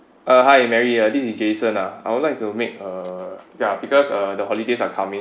uh hi mary ah this is jason ah I would like to make uh ya because uh the holidays are coming